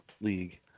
league